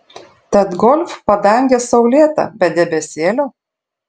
tad golf padangė saulėta be debesėlio